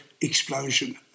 explosion